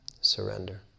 surrender